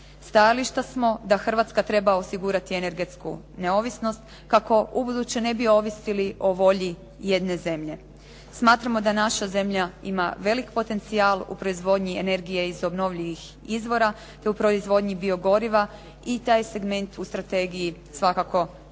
Stajališta smo da Hrvatska treba osigurati energetsku neovisnost kako u buduće ne bi ovisili o volji jedne zemlje. Smatramo da naša zemlja ima veliki potencijal u proizvodnji energije iz obnovljivih izvora, te u proizvodnji bio goriva i taj je segment u strategiji svakako treba